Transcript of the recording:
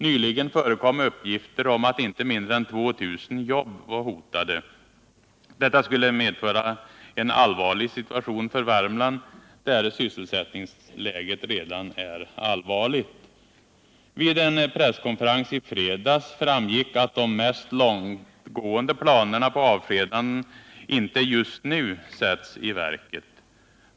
Nyligen förekom uppgifter om att inte mindre än 2000 jobb var hotade. Detta skulle medföra en allvarlig situation för Värmland, där sysselsättningsläget redan är allvarligt. Vid en presskonferens i fredags framgick att de mest långtgående planerna på avskedanden inte just nu sätts i verket.